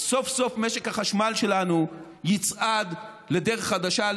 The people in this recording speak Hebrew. סוף-סוף משק החשמל שלנו יצעד לדרך חדשה,